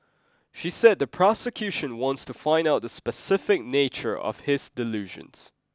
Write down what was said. she said the prosecution wants to find out the specific nature of his delusions